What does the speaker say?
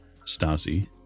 Stasi